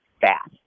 fast